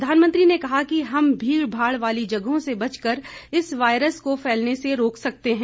प्रधानमंत्री ने कहा कि हम भीडभाड वाली जगहों से बचकर इस वायरस को फैलने से रोक सकते हैं